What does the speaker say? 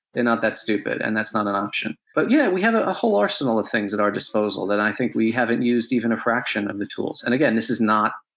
they're not that stupid, and that's not an option. but yeah, we have a whole arsenal of things at our disposal, that i think we haven't used even a fraction of the tools. and again, this is not,